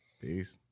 Peace